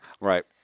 right